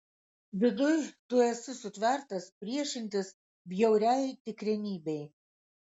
viduj tu esi sutvertas priešintis bjauriai tikrenybei